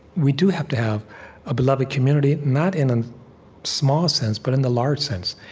we do have to have a beloved community, not in a small sense, but in the large sense.